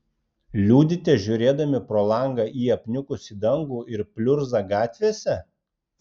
liūdite žiūrėdami pro langą į apniukusį dangų ir pliurzą gatvėse